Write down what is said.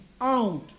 out